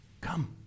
Come